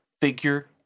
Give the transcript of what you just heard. figure